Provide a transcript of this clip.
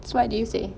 so what do you say